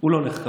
הוא לא נחקר,